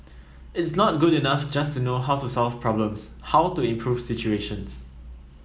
it's not good enough just to know how to solve problems how to improve situations